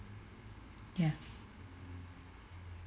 ya